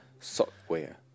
Software